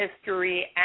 history